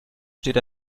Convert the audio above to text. steht